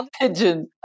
pigeon